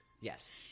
Yes